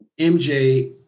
MJ